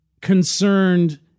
concerned